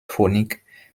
faunique